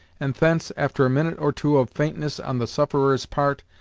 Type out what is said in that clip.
and thence, after a minute or two of faintness on the sufferer's part,